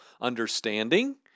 understanding